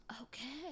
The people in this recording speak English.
okay